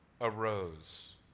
arose